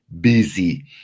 busy